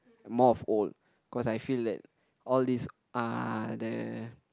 more of old cause I feel that all this are there